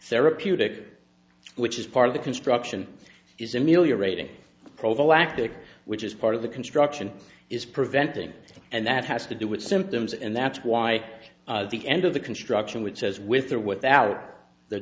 therapeutic which is part of the construction is ameliorating prophylactic which is part of the construction is preventing and that has to do with symptoms and that's why the end of the construction which says with or without the